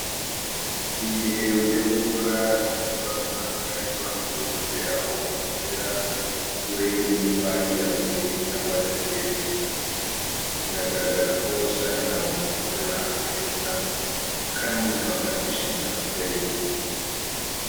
Igihe ugiye gukora igikorwa runaka jya ubandu utegure aho ugikorera, urebe niba hiyaguye cyangwa hateguye neza biragaragara ko saniramu ikorera ahantu heza, kandi ntawe utakwishimira kujyayo.